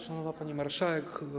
Szanowna Pani Marszałek!